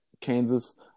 Kansas